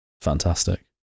fantastic